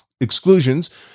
exclusions